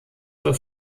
für